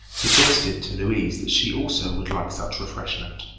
suggested to louise that she also would like such refreshment.